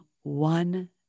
one